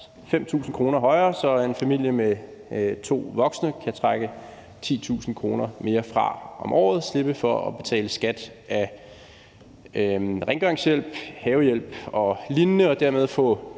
5.000 kr. højere, så en familie med to voksne kan trække 10.000 kr. mere fra om året, slippe for at betale skat af rengøringshjælp, havehjælp og lignende og dermed få